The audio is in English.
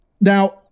Now